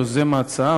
יוזם הצעה,